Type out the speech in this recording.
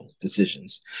decisions